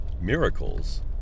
miracles